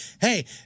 hey